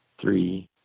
three